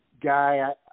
guy